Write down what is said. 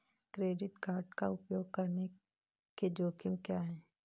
Credit card का उपयोग करने के जोखिम क्या हैं?